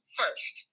first